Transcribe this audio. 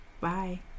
bye